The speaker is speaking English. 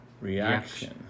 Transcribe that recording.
Reaction